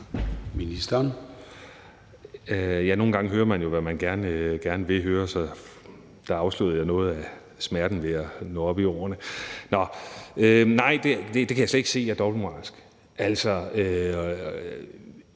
(Lars Aagaard): Nogle gange hører man jo noget, man gerne vil høre, så der afslørede jeg noget af smerten ved at komme op i årene. Nå, men nej, det kan jeg slet ikke se er dobbeltmoralsk. Altså,